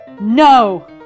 No